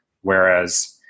Whereas